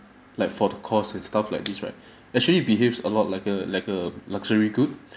like for the cost and stuff like this right actually behaves a lot like a like a luxury good